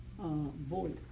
voice